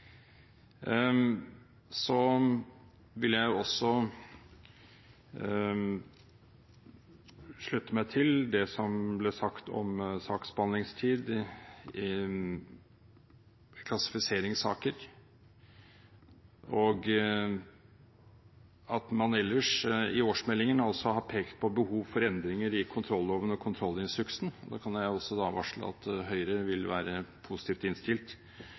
Så vil jeg også slutte meg til det som ble sagt om saksbehandlingstid i klassifiseringssaker, og at man ellers i årsmeldingen har pekt på behov for endringer i kontrolloven og kontrollinstruksen. Da kan jeg også varsle at Høyre vil være positivt innstilt